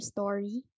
Story